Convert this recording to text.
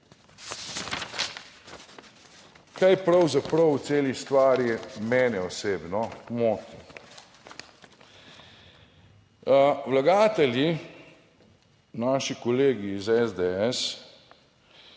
Kaj pravzaprav v celi stvari mene osebno moti. Vlagatelji, naši kolegi iz SDS